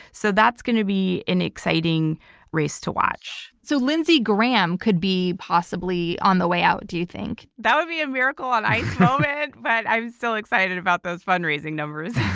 so that's going to be an exciting race to watch. so lindsey graham could be possibly on the way out. do you think? that would be a miracle on ice moment, but i'm still excited about those fundraising numbers.